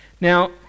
Now